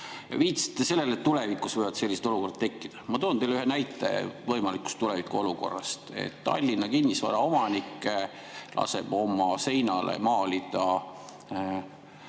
viitasite sellele, et tulevikus võivad sellised olukorrad tekkida. Ma toon teile ühe näite võimalikust tulevikuolukorrast. Tallinna kinnisvaraomanik laseb oma seinale maalida